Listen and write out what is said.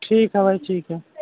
ٹھیک ہے بھائی ٹھیک ہے